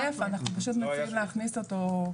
מציעים להכניס אותו.